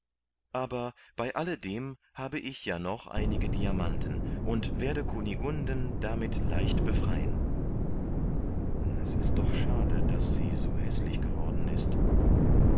aber bei alle dem habe ich ja noch einige diamanten und werde kunigunden damit leicht befreien es ist doch schade daß sie so häßlich geworden ist